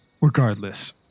Regardless